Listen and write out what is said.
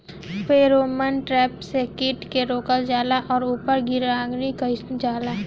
Pheromone trap से कीट के रोकल जाला और ऊपर निगरानी कइल जाला?